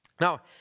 Now